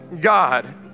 God